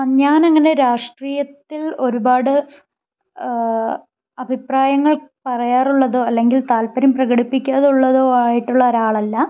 ഞാൻ അങ്ങനെ രാഷ്ട്രീയത്തിൽ ഒരുപാട് അഭിപ്രായങ്ങൾ പറയാറുള്ളതോ അല്ലെങ്കിൽ താല്പര്യം പ്രകടിപ്പിക്കാതുള്ളതോ ആയിട്ടുള്ള ഒരാളല്ല